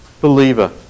believer